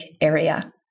area